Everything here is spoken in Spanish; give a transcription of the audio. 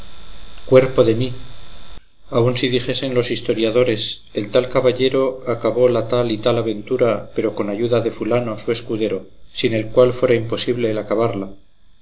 cuerpo de mí aun si dijesen los historiadores el tal caballero acabó la tal y tal aventura pero con ayuda de fulano su escudero sin el cual fuera imposible el acabarla